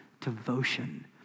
devotion